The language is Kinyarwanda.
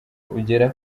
ugera